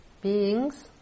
beings